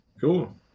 Cool